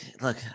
Look